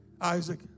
Isaac